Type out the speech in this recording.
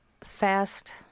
fast